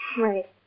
Right